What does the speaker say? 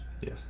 Yes